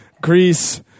Greece